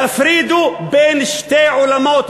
תפרידו בין שני עולמות,